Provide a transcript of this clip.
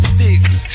Sticks